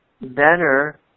better